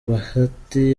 bahati